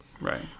Right